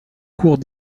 cours